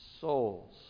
souls